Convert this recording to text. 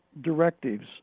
directives